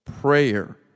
Prayer